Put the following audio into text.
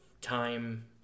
time